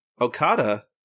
Okada